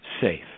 safe